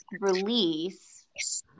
release